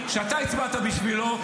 שאתה הצבעת בשבילו,